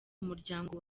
umuryango